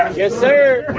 yes sir.